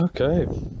Okay